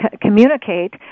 communicate